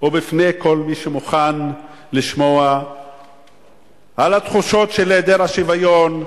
ובפני כל מי שמוכן לשמוע על התחושות של היעדר השוויון,